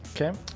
Okay